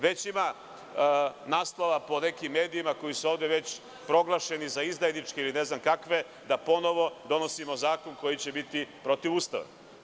Već ima naslova po nekim medijima, koji su ovde već proglašeni za izdajničke ili ne znam kakve, da ponovo donosimo zakon koji će biti protivustavan.